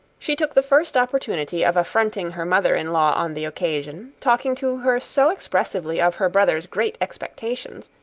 she took the first opportunity of affronting her mother-in-law on the occasion, talking to her so expressively of her brother's great expectations,